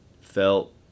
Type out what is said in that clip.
felt